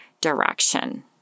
direction